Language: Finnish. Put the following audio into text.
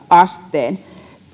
asteen